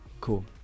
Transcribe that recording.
cool